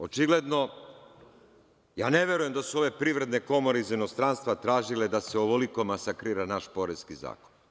Očigledno, ja ne verujem da su ove privredne komore iz inostranstva tražile da se ovoliko masakrira naš poreski zakon.